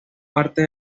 parte